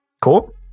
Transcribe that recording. Cool